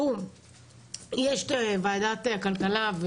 יש את ועדת הכלכלה,